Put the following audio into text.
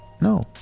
No